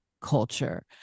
culture